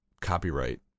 copyright